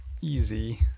easy